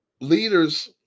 leaders